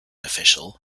official